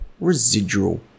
residual